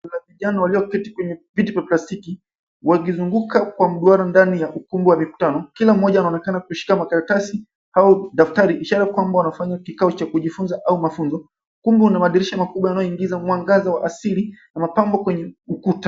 Kuna vijana walio keti kwenye viti vya plastiki wakizungumza kwa mgora ndani ya ukumbi wa mikutano kila mmoja anaonekana kuishika makaratasi au daftari ishara kwamba wanafanya kikao cha kujifunza au mafunzo. Ukumbi una madirisha makubwa yanayo I giza mwangaza wa asili na mapambo kwenye ukuta.